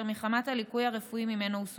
מחמת הליקוי הרפואי שממנו הוא סובל.